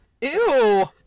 Ew